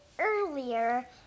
Earlier